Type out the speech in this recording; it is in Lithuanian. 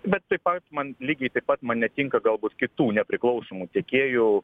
bet taip pat man lygiai taip pat man netinka galbūt kitų nepriklausomų tiekėjų